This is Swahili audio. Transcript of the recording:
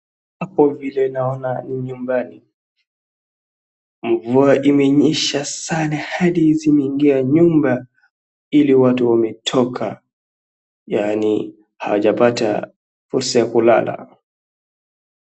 Hapo vile naona ni nyumbani, mvua imenyesha sana hadi zimeingia nyumba. Hili watu wametoka, yaani hawajapata fursa ya kulala.